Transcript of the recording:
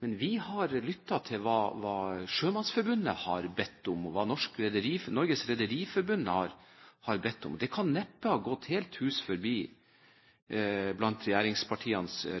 Men vi har lyttet til hva Sjømannsforbundet har bedt om og hva Norges Rederiforbund har bedt om. Det kan neppe ha gått regjeringspartienes